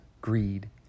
greed